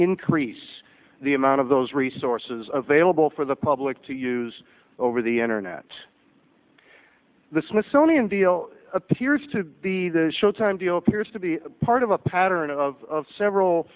increase the amount of those resources available for the public to use over the internet the smithsonian appears to the showtime deal appears to be part of a pattern of several